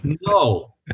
No